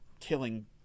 killing